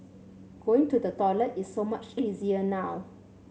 going to the toilet is so much easier now